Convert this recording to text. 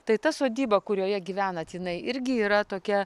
tai ta sodyba kurioje gyvenat jinai irgi yra tokia